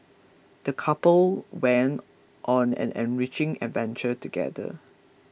the couple went on an enriching adventure together